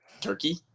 Turkey